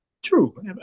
True